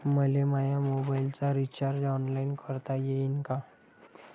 मले माया मोबाईलचा रिचार्ज ऑनलाईन करता येईन का?